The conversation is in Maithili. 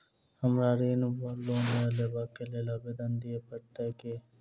हमरा ऋण वा लोन लेबाक लेल आवेदन दिय पड़त की?